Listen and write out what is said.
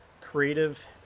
creative